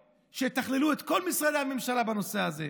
ושיתכללו את כל משרדי הממשלה בנושא הזה.